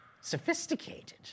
sophisticated